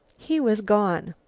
he was gone!